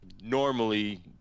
normally